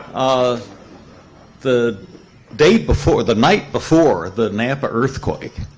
um the date before the night before the napa earthquake,